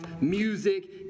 music